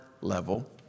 level